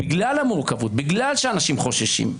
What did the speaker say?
בגלל המורכבות, בגלל שאנשים חוששים.